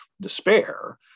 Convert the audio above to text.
despair